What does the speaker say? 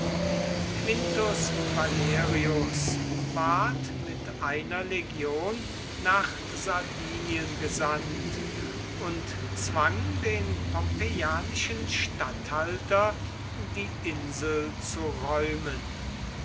quintus valerius ward mit einer legion nach sardinien gesandt und zwang den pompeianischen statthalter die insel zu räumen